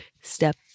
Step